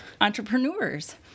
entrepreneurs